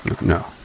No